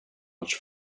much